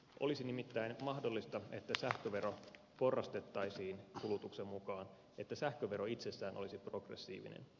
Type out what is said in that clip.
olisi nimittäin mahdollista että sähkövero porrastettaisiin kulutuksen mukaan että sähkövero itsessään olisi progressiivinen